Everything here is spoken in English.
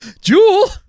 Jewel